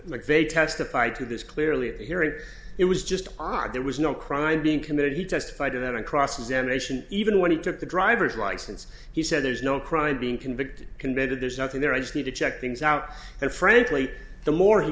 mcveigh testified to this clearly at the hearing it was just odd there was no crime being committed he testified to that on cross examination even when he took the driver's license he said there's no crime being convicted convicted there's nothing there i just need to check things out and frankly the more he